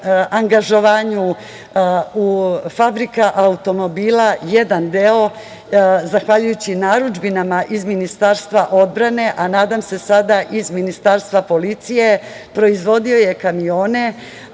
angažovanju Fabrika automobila, jedan deo, zahvaljujući narudžbinama iz Ministarstva odbrane, a nadam se sada i iz Ministarstva policije, proizvodio je kamione,